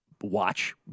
watch